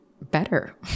better